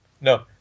No